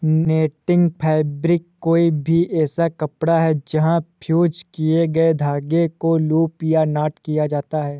netting fabric कोई भी ऐसा कपड़ा है जहाँ फ़्यूज़ किए गए धागों को लूप या नॉट किया जाता है